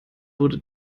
wurde